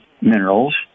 minerals